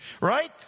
right